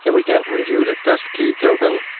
and we can review the test key token,